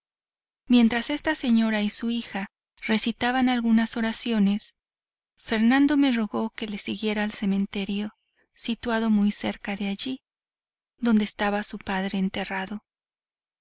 mientras esta señora y su hija recitaban algunas oraciones fernando me rogó que le siguiera al cementerio situado muy cerca de allí donde estaba su padre enterrado